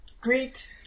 great